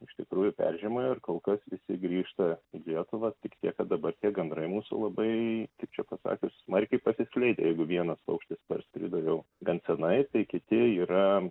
iš tikrųjų peržiemojo ir kol kas visi grįžta į lietuvą tik tiek kad dabar tie gandrai mūsų labai kaip čia pasakius smarkiai pasiskleidę jeigu vienas paukštis parskrido jau gan seniai tai kiti yra